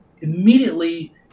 immediately